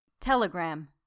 Telegram